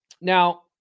Now